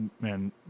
man